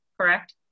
correct